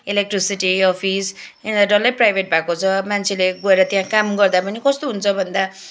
electricity office यिनीहरू डल्लै private भएको छ मान्छेले गएर त्यहाँ काम गर्दा पनि कस्तो हुन्छ भन्दा